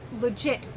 legit